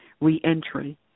reentry